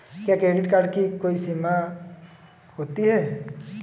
क्या credit card की कोई समय सीमा होती है?